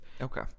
Okay